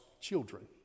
children